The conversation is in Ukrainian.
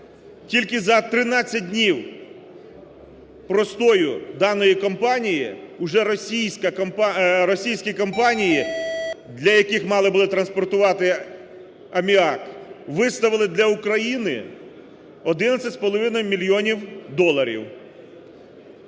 за 13 днів простою даної компанії уже російська компанія… російські компанії, для яких мали були транспортувати аміак, виставили для України 11,5 мільйонів доларів.